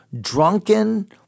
drunken